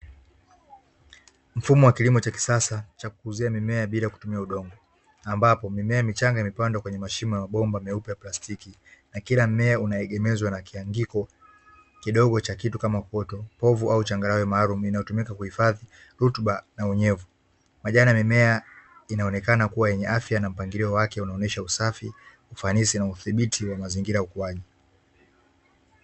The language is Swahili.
Mfumo wa kilimo cha kisasa cha kukuzia mimea bila kutumia udongo ambapo mimea michanga imepandwa kwenye mashimo ya mabomba meupe ya plastiki kila mmea unaegemezwa na kiangiko kidogo cha kitu kama photo hovu au changarawe maalum inayotumika kuhifadhi hutuba na wenyewe wajana mimea inaonekana kuwa yenye afya na mpangilio wake unaonyesha usafi na udhibiti wa mazingira ukuaji.